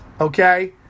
okay